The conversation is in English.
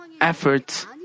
efforts